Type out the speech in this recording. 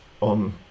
on